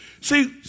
See